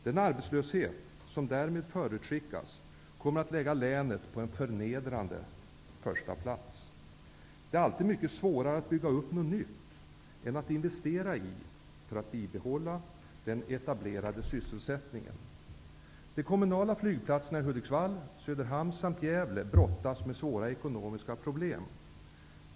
Den arbetslöshet som därmed förutskickas kommer att lägga länet på en förnedrande förstaplats. Det är alltid mycket svårare att bygga upp något nytt än att investera i den etablerade sysselsättningen för att bibehålla denna. Söderhamn samt Gävle brottas med svåra ekonomiska problem.